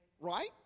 right